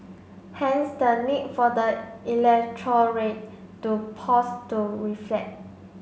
hence the need for the electorate to pause to reflect